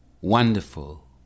wonderful